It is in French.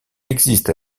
existe